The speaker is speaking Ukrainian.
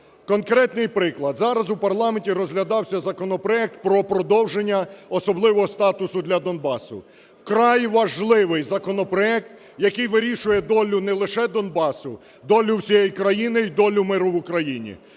Конкретний приклад, зараз у парламенті розглядався законопроект про продовження особливого статусу для Донбасу. Вкрай важливий законопроект, який вирішує долю не лише Донбасу, долю всієї країни і долю миру в Україні.